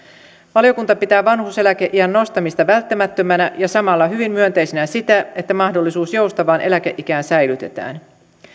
valiokunta pitää vanhuuseläkeiän nostamista välttämättömänä ja samalla hyvin myönteisenä sitä että mahdollisuus joustavaan eläkeikään säilytetään